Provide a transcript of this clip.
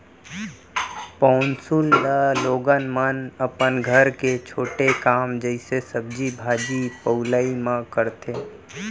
पौंसुल ल लोगन मन अपन घर के छोटे काम जइसे सब्जी भाजी पउलई म करथे